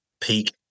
peak